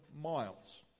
miles